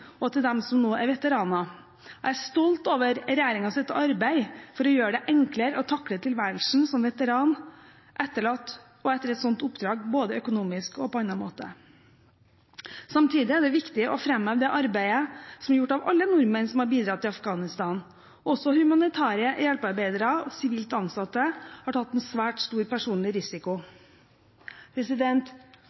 og til dem som nå er veteraner. Jeg er stolt over regjeringens arbeid for å gjøre det enklere å takle tilværelsen som veteran og etterlatt etter et slikt oppdrag, både økonomisk og på annen måte. Samtidig er det viktig å fremheve det arbeidet som er gjort av alle nordmenn som har bidratt i Afghanistan. Også humanitære hjelpearbeidere, sivilt ansatte, har tatt en svært stor personlig risiko.